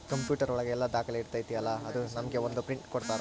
computer ಒಳಗ ಎಲ್ಲ ದಾಖಲೆ ಇರ್ತೈತಿ ಅಲಾ ಅದು ನಮ್ಗೆ ಒಂದ್ ಪ್ರಿಂಟ್ ಕೊಡ್ತಾರ